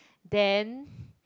then